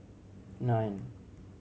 nine